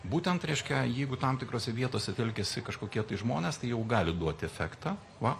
būtent reiškia jeigu tam tikrose vietose telkiasi kažkokie tai žmonės tai jau gali duot efektą va